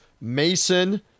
Mason